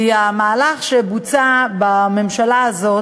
כי המהלך שבוצע בממשלה הזאת,